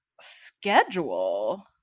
schedule